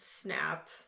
snap